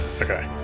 Okay